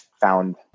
found